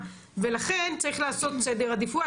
ולכן צריך לעשות סדר עדיפויות,